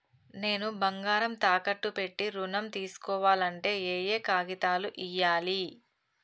నేను బంగారం తాకట్టు పెట్టి ఋణం తీస్కోవాలంటే ఏయే కాగితాలు ఇయ్యాలి?